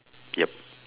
yup